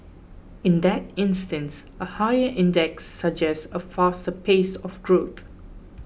in that instance a higher index suggests a faster pace of growth